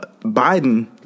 Biden